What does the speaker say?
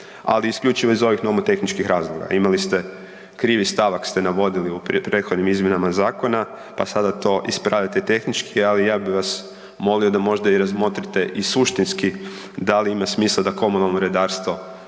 ali isključivo iz ovih nomotehničkih razloga. Imali ste, krivi stavak ste navodili u prethodnim izmjenama zakona, pa sada to ispravljate tehnički, ali ja bih vas molio da možda i razmotrite i suštinski da li ima smisla da komunalno redarstvo